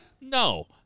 No